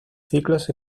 ciclos